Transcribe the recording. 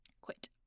Quit